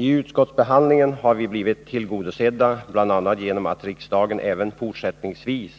I utskottsbehandlingen har vi blivit tillgodosedda bl.a. genom att riksdagen även fortsättningsvis